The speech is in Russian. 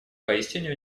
поистине